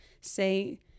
say